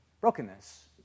brokenness